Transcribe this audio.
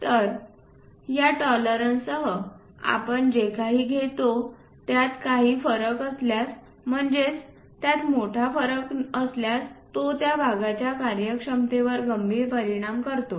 तर या टॉलरन्ससह आपण जे काही घेतो त्यात काही फरक असल्यास म्हणजेच त्यात मोठा फरक असल्यास तो त्या भागाच्या कार्यक्षमतेवर गंभीरपणे परिणाम करतो